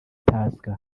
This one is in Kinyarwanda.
tusker